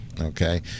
Okay